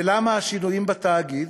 ולמה השינויים בתאגיד?